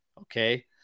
Okay